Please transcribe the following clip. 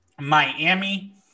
Miami